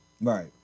Right